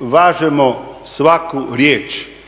važemo svaku riječ